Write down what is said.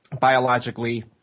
biologically